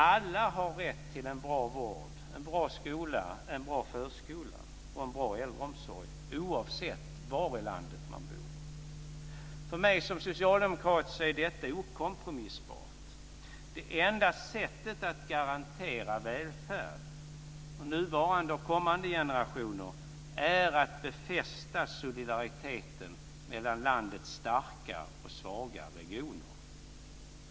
Alla har rätt till en bra vård, en bra skola, en bra förskola och en bra äldreomsorg, oavsett var i landet man bor. För mig som socialdemokrat är detta okompromissbart. Det enda sättet att garantera välfärd för nuvarande och kommande generationer är att befästa solidariteten mellan landets starka och svaga regioner.